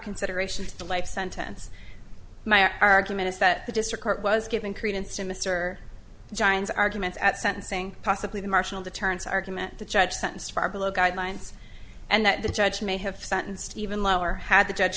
consideration to the life sentence my argument is that the district court was giving credence to mr johns arguments at sentencing possibly the marshal deterrence argument the judge sentenced far below guidelines and that the judge may have sentenced even lower had the judge